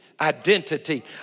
Identity